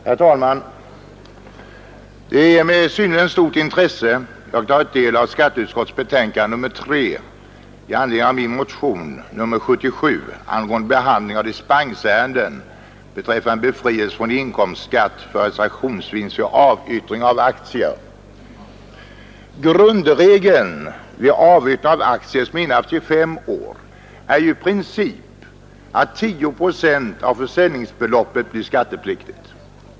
Herr talman! Det är med synnerligen stort intresse som jag har tagit del av skatteutskottets betänkande nr 3 i anledning av min motion 1972:77 angående behandlingen av dispensärenden beträffande befrielse från inkomstskatt för realisationsvinst vid avyttring av aktier. Grundregeln vid avyttring av aktier som innehafts i fem år är i princip att 10 procent av försäljningsbeloppet blir skattepliktigt.